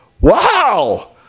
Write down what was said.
Wow